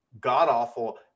god-awful